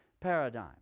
paradigm